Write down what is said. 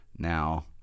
Now